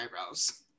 eyebrows